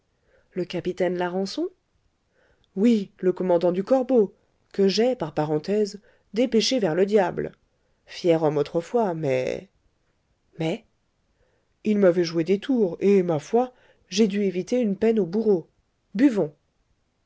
le capitaine larençon oui le commandant du corbeau que j'ai par parenthèse dépêché vers le diable fier homme autrefois mais mais il m'avait joué des tours et ma foi j'ai dû éviter une peine au bourreau buvons